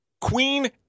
Queen